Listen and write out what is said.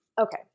okay